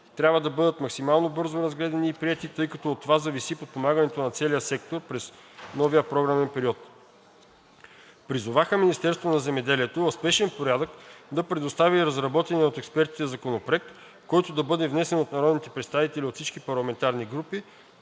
трябва да бъдат максимално бързо разгледани и приети, тъй като от това зависи подпомагането на целия сектор през новия програмен период. Призоваха Министерството на земеделието в спешен порядък да предостави разработения от експертите Законопроект, който да бъде внесен от народните представители от всички парламентарни групи